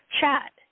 chat